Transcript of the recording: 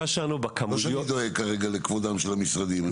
לא שאני דואג כרגע לכבודם של המשרדים.